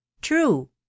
true